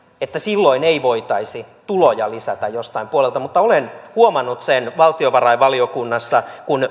silloin ei voitaisi tuloja lisätä jostain puolelta mutta olen huomannut sen valtiovarainvaliokunnassa että kun